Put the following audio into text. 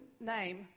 name